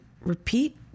repeat